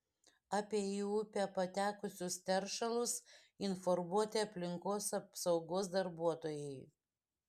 apie į upę patekusius teršalus informuoti aplinkos apsaugos darbuotojai